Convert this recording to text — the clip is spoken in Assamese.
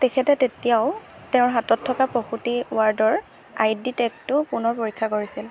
তেখেতে তেতিয়াও তেওঁৰ হাতত থকা প্ৰসূতি ৱাৰ্ডৰ আই ডি টেগটো পুনৰ পৰীক্ষা কৰিছিল